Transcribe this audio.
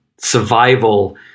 survival